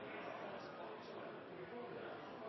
statsråd.